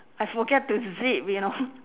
I forget to zip you know